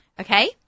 okay